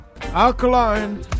alkaline